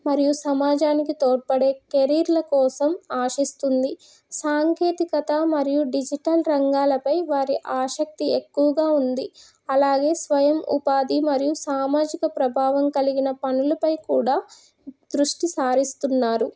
మరియు సమాజానికి తోడ్పడే కెరీర్ల కోసం ఆశిస్తుంది సాంకేతికత మరియు డిజిటల్ రంగాలపై వారి ఆశక్తి ఎక్కువగా ఉంది అలాగే స్వయం ఉపాధి మరియు సామాజిక ప్రభావం కలిగిన పనులపై కూడా దృష్టి సారిస్తున్నారు